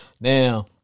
Now